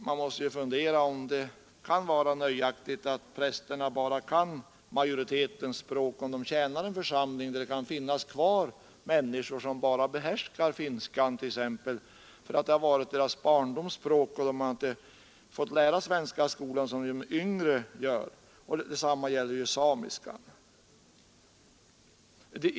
Man måste ju undra om det kan vara nöjaktigt att prästerna bara kan majoritetens språk när de tjänar en församling där det kan finnas kvar människor som bara behärskar t.ex. finska, därför att det har varit deras barndoms språk och därför att de inte har fått lära svenska i skolan som de yngre får. Detsamma gäller samiskan.